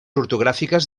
ortogràfiques